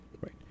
right